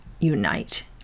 unite